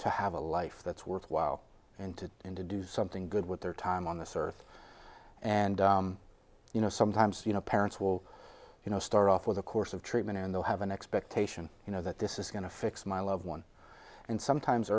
to have a life that's worthwhile and to and to do something good with their time on this earth and you know sometimes you know parents will you know start off with a course of treatment and they'll have an expectation you know that this is going to fix my loved one and sometimes